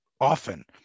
often